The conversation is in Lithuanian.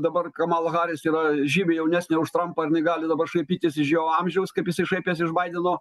dabar kamala haris yra žymiai jaunesnė už trampą ir jinai gali dabar šaipytis iš jo amžiaus kaip jisai šaipėsi iš baideno